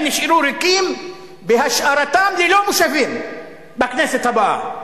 נשארו ריקים בהשארתם ללא מושבים בכנסת הבאה.